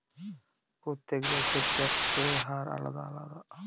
প্রত্যেক দেশের ট্যাক্সের হার আলাদা আলাদা